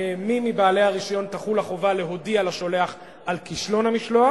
על מי מבעלי הרשיון תחול החובה להודיע לשולח על כישלון המשלוח,